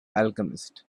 alchemist